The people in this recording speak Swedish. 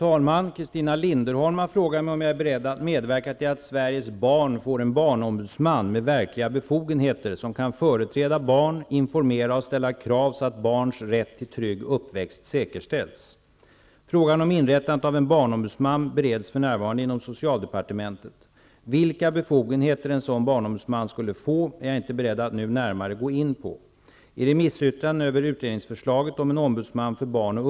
Alltför många barn far illa i Sverige i dag. Skolelever mobbas, barn utsätts för olika former av övergrepp av vuxna, barn lever i otrygga förhållanden. Det är svårt att bli trodd som barn. För en tid sedan remissbehandlades ett förslag till inrättande av en barnombudsman. Övervägande del av remissinstanserna var positiva till en sådan tjänst.